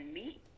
meet